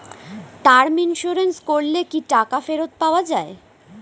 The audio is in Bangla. টার্ম ইন্সুরেন্স করলে কি টাকা ফেরত পাওয়া যায়?